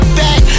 back